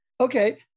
Okay